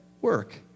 Work